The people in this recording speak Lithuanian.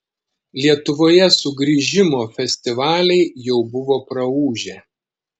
lietuvoje sugrįžimo festivaliai jau buvo praūžę